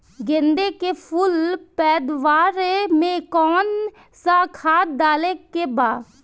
गेदे के फूल पैदवार मे काउन् सा खाद डाले के बा?